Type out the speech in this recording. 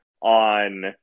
on –